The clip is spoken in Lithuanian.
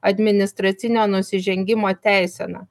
administracinio nusižengimo teisena